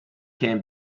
can